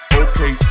okay